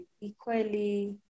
equally